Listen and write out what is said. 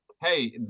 hey